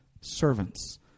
Servants